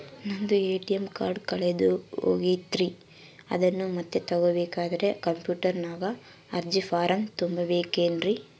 ನಂದು ATM card ಕಳೆದು ಹೋಗೈತ್ರಿ ಅದನ್ನು ಮತ್ತೆ ತಗೋಬೇಕಾದರೆ ಕಂಪ್ಯೂಟರ್ ನಾಗ ಅರ್ಜಿ ಫಾರಂ ತುಂಬಬೇಕನ್ರಿ?